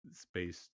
space